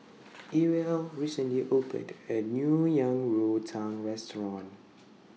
Ewell recently opened A New Yang Rou Tang Restaurant